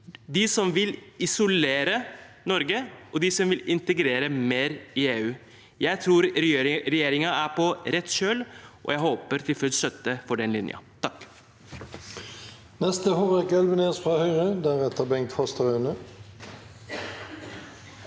de som vil isolere Norge, og de som vil integreres mer i EU. Jeg tror regjeringen er på rett kjøl, og jeg håper de får støtte for den linjen. Hårek